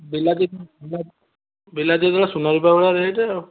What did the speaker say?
ବିଲାତି ବିଲାତି ଏଥର ସୁନା ରୂପା ଭଳିଆ ରେଟ୍ ଆଉ